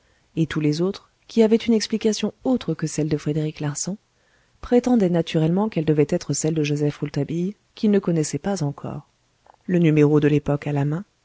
et tous les autres qui avaient une explication autre que celle de frédéric larsan prétendaient naturellement qu'elle devait être celle de joseph rouletabille qu'ils ne connaissaient pas encore le numéro de l'époque à la main